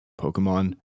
pokemon